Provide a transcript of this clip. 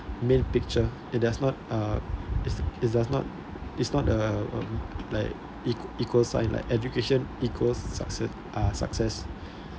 main picture it does not uh uh it does not it's uh um like equal sign like education equals succe~ uh success